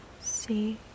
see